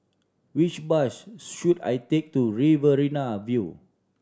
which bus should I take to Riverina View